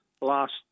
last